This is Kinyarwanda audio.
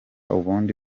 ubundi